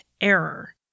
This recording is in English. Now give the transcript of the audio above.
error